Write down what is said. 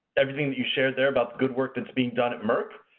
everything that you shared there about good work that's being done at merck.